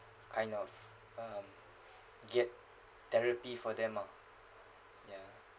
kind of um get therapy for them ah ya